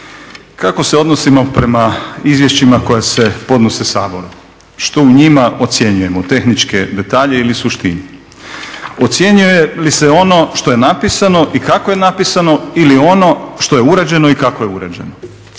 Kako se odnosimo prema izvješćima koja se podnose Saboru? Što u njima ocjenjujemo tehničke detalje ili suštinu? Ocjenjuje li se ono što je napisano i kako je napisano ili ono što je urađeno i kako je urađeno?